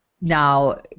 Now